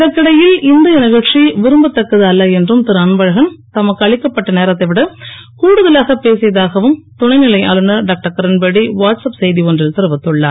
இதற்கிடையில் இன்றைய நிகழ்ச்சி விரும்பதக்கது அல்ல என்றும் திரு அன்பழகன் தமக்கு அளிக்கப்பட்ட நேரத்தை விட கூடுதலாக பேசியதாகவும் துணை நிலை ஆளுநர் டாக்டர் கிரண்பேடி வாட்ஸ் அப் செய்தி ஒன்றில் தெரிவித்துள்ளார்